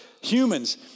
humans